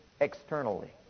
externally